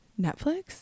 Netflix